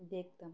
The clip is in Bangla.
দেখতাম